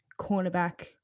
cornerback